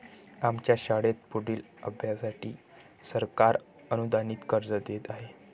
आमच्या शाळेत पुढील अभ्यासासाठी सरकार अनुदानित कर्ज देत आहे